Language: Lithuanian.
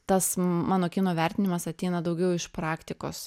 tas mano kino vertinimas ateina daugiau iš praktikos